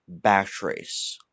backtrace